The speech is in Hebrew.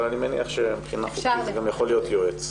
אבל אני מניח שמבחינה חוקית זה גם יכול להיות יועץ.